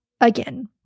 again